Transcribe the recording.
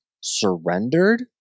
surrendered